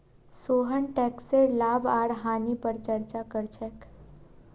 सोहन टैकसेर लाभ आर हानि पर चर्चा कर छेक